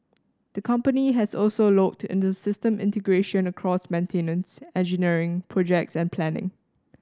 the company has also looked into system integration across maintenance engineering projects and planning